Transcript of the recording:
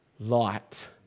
light